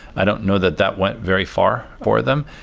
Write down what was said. i don't know that that went very far for them.